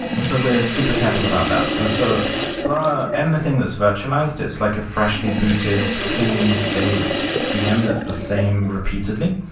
and so we're super careful about that. and so for anything that's virtualized, it's like a freshly booted, clean state vm that's the same repeatedly.